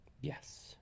Yes